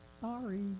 Sorry